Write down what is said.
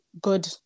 good